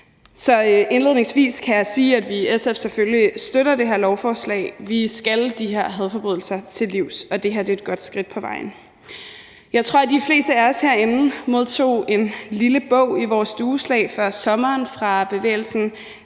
Så indledningsvis kan jeg sige, at vi i SF selvfølgelig støtter det her lovforslag. Vi skal de her hadforbrydelser til livs, og det her er et godt skridt på vejen. Jeg tror, de fleste af os herinde modtog en lille bog i vores dueslag før sommeren fra bevægelsen